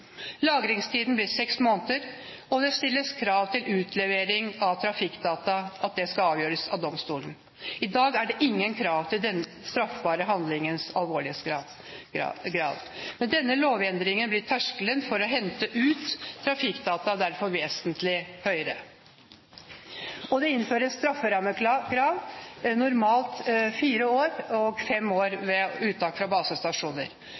Lagringstiden blir seks måneder, og det stilles krav til at utlevering av trafikkdata skal avgjøres av domstolen. I dag er det ingen krav til den straffbare handlingens alvorlighetsgrad. Med denne lovendringen blir terskelen for å hente ut trafikkdata derfor vesentlig høyere. Det innføres strafferammekrav, normalt fire år, og fem år ved uttak fra